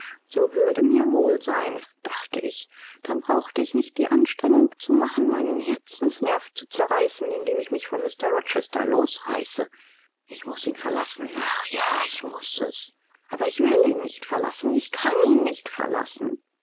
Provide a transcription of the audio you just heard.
so würde mir wohl sein dachte ich dann brauchte ich nicht die anstrengung zu machen meinen herzensnerv zu zerreißen indem ich mich von mr rochester losreiße ich muß ihn verlassen ach ja ich muß es aber ich will ihn nicht verlassen ich kann ihn nicht verlassen